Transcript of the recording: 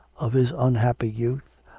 of his unhappy youth,